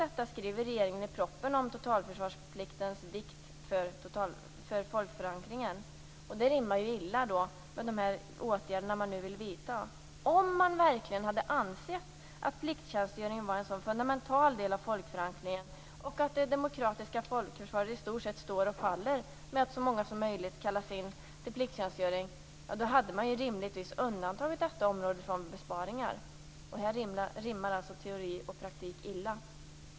Trots detta skriver regeringen i propositionen om totalförsvarspliktens vikt för folkförankringen. Det rimmar illa med de åtgärder man vill vidta. Om man verkligen hade ansett att plikttjänstgöringen var en sådan fundamental del av folkförankringen och att det demokratiska folkförsvaret i stort sett står och faller med att så många som möjligt kallas in till plikttjänstgöring hade man rimligtvis undantagit detta område från besparingar. Här rimmar alltså teori och praktik illa.